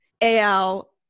AL